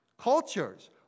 cultures